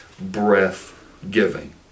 breath-giving